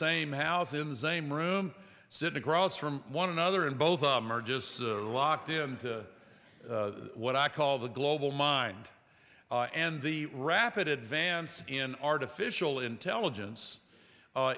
same house in the same room sit across from one another and both of them are just locked into what i call the global mind and the rapid advance in artificial intelligence